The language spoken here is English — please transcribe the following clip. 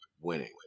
winning